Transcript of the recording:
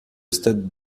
stade